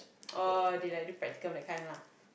oh they like do practiccum that kind lah